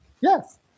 Yes